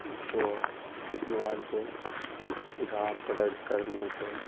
اس کو موائل کو اٹھا پٹک کرنے سے